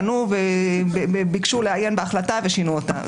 פנו וביקשו לעיין בהחלטה ושינו אותה.